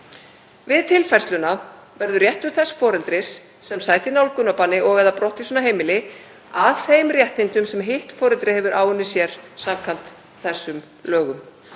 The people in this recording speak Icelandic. Við tilfærsluna verður réttur þess foreldris sem sætir nálgunarbanni og/eða brottvísun af heimili að þeim réttindum sem hitt foreldrið hefur áunnið sér samkvæmt lögum